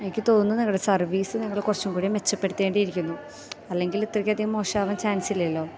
എനിക്ക് തോന്നുന്നു നിങ്ങളുടെ സര്വീസ് നിങ്ങള് കുറച്ചും കൂടി മെച്ചപ്പെടുത്തേണ്ടിയിരിക്കുന്നു അല്ലെങ്കിലിത്രയ്ക്കധികം മോശാമാകാൻ ചാന്സില്ലല്ലോ